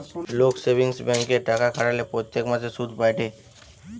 লোক সেভিংস ব্যাঙ্কে টাকা খাটালে প্রত্যেক মাসে সুধ পায়েটে